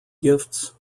gifts